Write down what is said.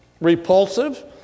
repulsive